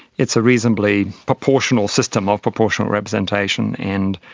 it's a reasonably proportional system of proportional representation, and